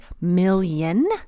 million